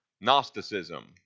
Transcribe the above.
Gnosticism